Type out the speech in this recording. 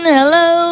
Hello